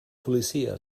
policia